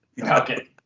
Okay